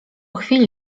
chwili